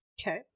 okay